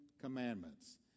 Commandments